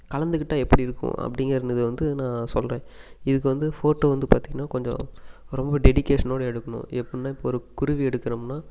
கலந்துக்கிட்டால் எப்படி இருக்கும் அப்படிங்கிறணுது வந்து நான் சொல்கிறேன் இதுக்கு வந்து ஃபோட்டோ வந்து பார்த்திங்கன்னா கொஞ்சம் ரொம்ப டெடிக்கேஷனோடு எடுக்கணும் எப்புடினா இப்போ ஒரு குருவி எடுக்கிறோம்னா